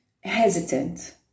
hesitant